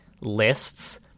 Lists